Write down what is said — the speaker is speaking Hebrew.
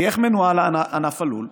כי איך מנוהל ענף הלול?